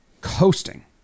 coasting